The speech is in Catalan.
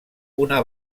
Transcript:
una